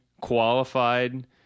qualified